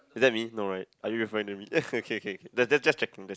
is that me no right are you referring to me okay okay ju~ just checking just